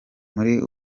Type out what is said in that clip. muri